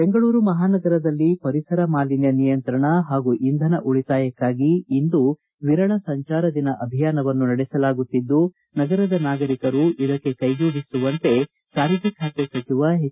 ಬೆಂಗಳೂರು ಮಹಾನಗರದಲ್ಲಿ ಪರಿಸರ ಮಾಲಿನ್ಯ ನಿಯಂತ್ರಣ ಹಾಗೂ ಇಂಧನ ಉಳಿತಾಯಕ್ಕಾಗಿ ಇಂದು ವಿರಳ ಸಂಚಾರ ದಿನ ಅಭಿಯಾನವನ್ನು ನಡೆಸಲಾಗುತ್ತಿದ್ದು ನಗರದ ನಾಗರಿಕರು ಇದಕ್ಕೆ ಕೈಜೋಡಿಸುವಂತೆ ಸಾರಿಗೆ ಖಾತೆ ಸಚಿವ ಎಚ್